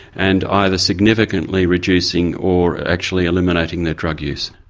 and either significantly reducing or actually eliminating their drug use.